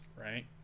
right